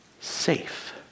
safe